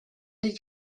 did